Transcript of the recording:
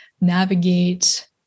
navigate